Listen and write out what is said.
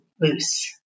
loose